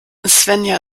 svenja